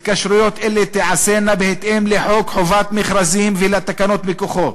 התקשרויות אלו תיעשינה בהתאם לחוק חובת המכרזים ולתקנות מכוחו,